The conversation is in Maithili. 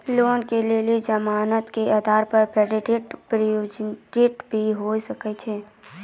लोन के लेल जमानत के आधार पर फिक्स्ड डिपोजिट भी होय सके छै?